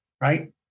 Right